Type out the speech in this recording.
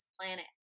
planet